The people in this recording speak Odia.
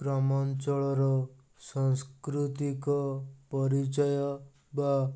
ଗ୍ରାମାଞ୍ଚଳର ସାଂସ୍କୃତିକ ପରିଚୟ ବା